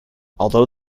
although